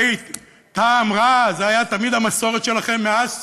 הרי טעם רע זה היה תמיד המסורת שלכם, מאז